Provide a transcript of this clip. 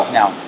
now